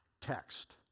text